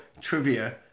trivia